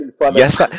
Yes